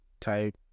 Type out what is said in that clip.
Type